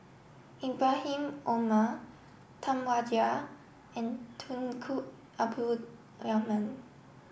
Ibrahim Omar Tam Wai Jia and Tunku Abdul Rahman